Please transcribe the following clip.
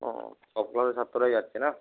ও সব ক্লাসের ছাত্ররাই যাচ্ছে না